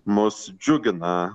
mus džiugina